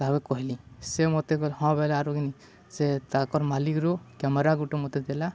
ତା'ର କହିଲି ସେ ମୋତେ କହିଲା ହଁ ବୋଇଲେ ଆରୁ କିନି ସେ ତାକର ମାଲିକରୁ କ୍ୟାମେରା ଗୁଟେ ମୋତେ ଦେଲା